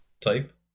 type